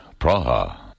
Praha